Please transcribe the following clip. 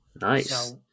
Nice